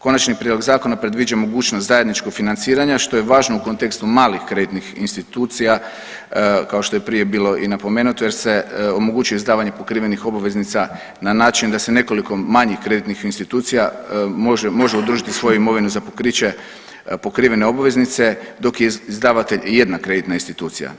Konačni prijedlog zakona predviđa mogućnost zajedničkog financiranja što je važno u kontekstu malih kreditnih institucija kao što je prije bilo i napomenuto jer se omogućuje izdavanje pokrivenih obveznica na način da se nekoliko manjih kreditnih institucija može udružiti svoju imovinu za pokriće pokrivene obveznice, dok je izdavatelj jedna kreditna institucija.